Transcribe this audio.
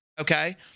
okay